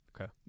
Okay